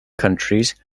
countries